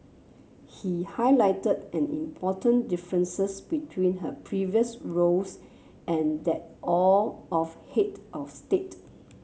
he highlighted an important differences between her previous roles and that of head of state